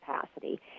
capacity